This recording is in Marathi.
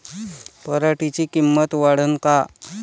पराटीची किंमत वाढन का?